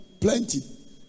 Plenty